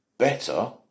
Better